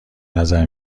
نظر